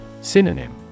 Synonym